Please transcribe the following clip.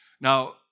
Now